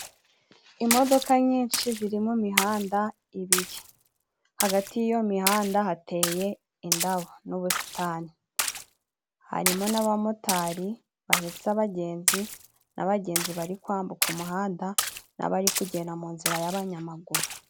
Imodoka nyinshi ziri mu mihanda ibiri. Hagati y'iyo mihanda hateye indabo n'ubusitani. Harimo n'abamotari bahetsa abagenzi, nabagenzi bari kwambuka umuhanda n'abari kugenda munzira y'abanyamaguru.